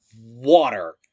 water